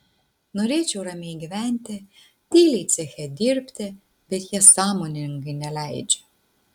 norėčiau ramiai gyventi tyliai ceche dirbti bet jie sąmoningai neleidžia